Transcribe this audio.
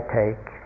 take